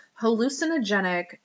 hallucinogenic